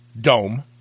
Dome